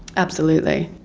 absolutely.